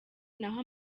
naho